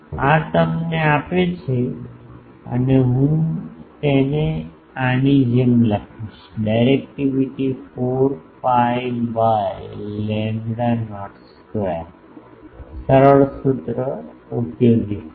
આ તમને આપે છે અને હું તેને આની જેમ લખીશ directivity 4 pi by lambda not square સરળ સૂત્ર ઉપયોગી સૂત્ર